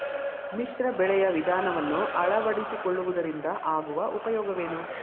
ಮಿಶ್ರ ಬೆಳೆಯ ವಿಧಾನವನ್ನು ಆಳವಡಿಸಿಕೊಳ್ಳುವುದರಿಂದ ಆಗುವ ಉಪಯೋಗವೇನು?